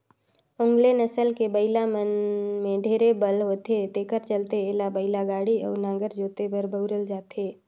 ओन्गेले नसल के बइला मन में ढेरे बल होथे तेखर चलते एला बइलागाड़ी अउ नांगर जोते बर बउरल जाथे